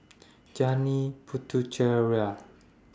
Janil Puthucheary